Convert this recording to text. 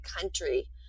country